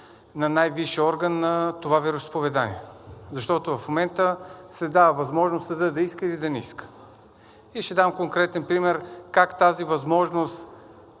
на най-висшия орган на това вероизповедание. Защото в момента се дава възможност съдът да иска или да не иска. И ще дам конкретен пример как тази възможност